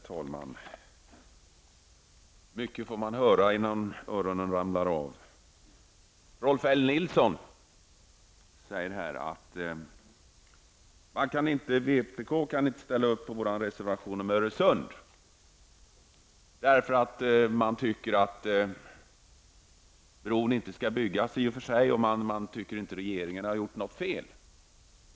Herr talman! Mycket får man höra innan öronen trillar av. Rolf L Nilson säger här att vänsterpartiet inte kan ställa sig bakom miljöpartiets reservation om Öresund. Man anser i och för sig att bron inte skall byggas, men man tycker inte att regeringen har gjort något fel.